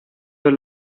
your